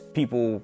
people